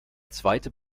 zweite